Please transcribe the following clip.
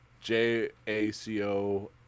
J-A-C-O